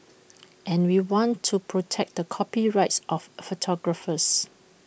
and we want to protect the copyrights of photographers